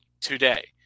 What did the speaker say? today